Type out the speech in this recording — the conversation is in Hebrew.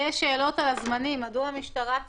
ואז יש את האכיפה של המשטרה לאכוף את הבידוד.